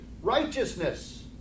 righteousness